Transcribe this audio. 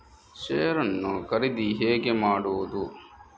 Share ನ್ನು ಖರೀದಿ ಹೇಗೆ ಮಾಡುವುದು?